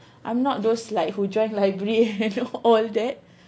I'm not those like who join library and all that